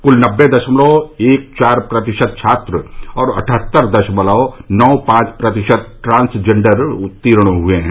कुल नब्बे दशमलव एक चार प्रतिशत छात्र और अठहत्तर दशमलव नौ पांच प्रतिशत ट्रांसजेंडर उत्तीर्ण हुए हैं